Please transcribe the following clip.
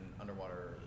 underwater